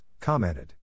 commented